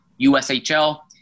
USHL